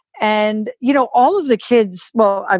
and you know all of the kids. well, ah